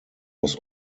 was